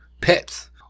pets